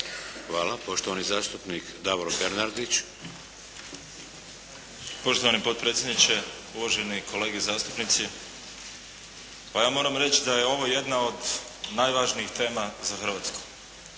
Hvala. Poštovani zastupnik Davor Bernardić. **Bernardić, Davor (SDP)** Poštovani potpredsjedniče, uvažene kolege zastupnici. Pa ja moram reći da je ovo jedna od najvažnijih tema za Hrvatsku.